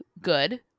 good